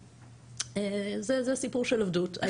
זה סיפור של עבדות.